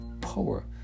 power